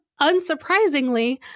unsurprisingly